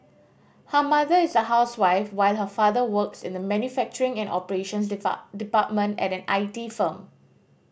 her mother is a housewife while her father works in the manufacturing and operations depart department at an I T firm